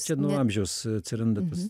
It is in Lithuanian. čia nuo amžiaus atsiranda tas